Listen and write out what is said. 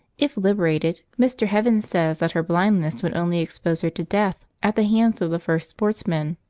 if liberated, mr. heaven says that her blindness would only expose her to death at the hands of the first sportsman,